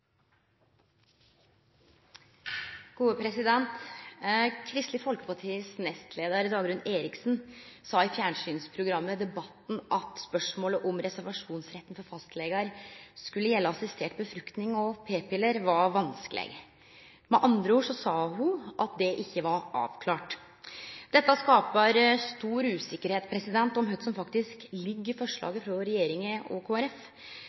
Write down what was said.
gode alternativer til stede uten at det vil innebære unødvendig reisetid eller forsinkelse for pasienten, er et av de spørsmål kommunene skal vurdere i den sammenheng. «Kristelig Folkepartis nestleder Dagrun Eriksen sa i fjernsynsprogrammet Debatten at spørsmålet om reservasjonsretten for fastleger skulle gjelde assistert befruktning og p-piller, var vanskelig. Med andre ord sa hun at det ikke var avklart. Dette